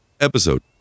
episode